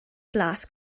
blas